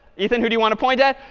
ethan, who do you want to point at?